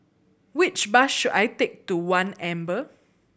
which bus should I take to One Amber